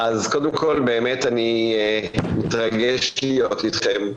קודם כל אני באמת מתרגש להיות אתכם.